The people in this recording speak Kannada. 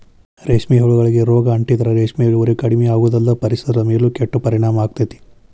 ರೇಷ್ಮೆ ಹುಳಗಳಿಗೆ ರೋಗ ಅಂಟಿದ್ರ ರೇಷ್ಮೆ ಇಳುವರಿ ಕಡಿಮಿಯಾಗೋದಲ್ದ ಪರಿಸರದ ಮೇಲೂ ಕೆಟ್ಟ ಪರಿಣಾಮ ಆಗ್ತೇತಿ